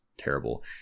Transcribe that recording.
Terrible